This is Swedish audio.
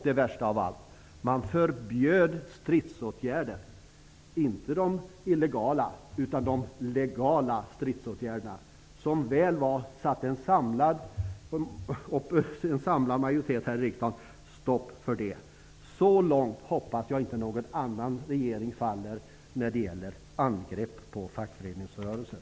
Det värsta av allt var att man förbjöd stridsåtgärder; inte de illegala, utan de legala stridsåtgärderna. Som väl var satte en samlad majoritet här i riksdagen stopp för det. Så långt hoppas jag att inte någon annan regering faller när det gäller angrepp på fackföreningsrörelsen.